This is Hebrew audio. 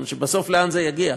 בסוף, לאן זה יגיע?